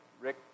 Rick